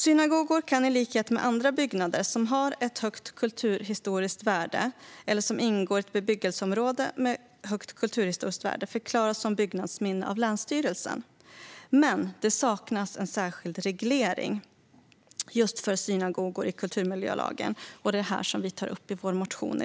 Synagogor kan i likhet med andra byggnader som har ett högt kulturhistoriskt värde eller som ingår i ett bebyggelseområde med ett synnerligen högt kulturhistoriskt värde förklaras som byggnadsminne av länsstyrelsen. Det saknas dock en särskild reglering i kulturmiljölagen för synagogor, vilket vi tar upp i vår motion.